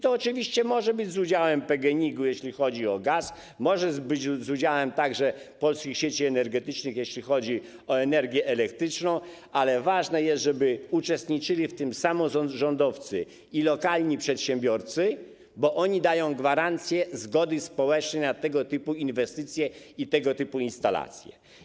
To oczywiście może odbywać się z udziałem PGNiG-u, jeśli chodzi o gaz, może odbywać się z udziałem także polskich sieci energetycznych, jeśli chodzi o energię elektryczną, ale ważne jest, żeby uczestniczyli w tym samorządowcy i lokalni przedsiębiorcy, bo oni dają gwarancję zgody społecznej na tego typu inwestycje i tego typu instalacje.